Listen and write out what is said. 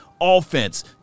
offense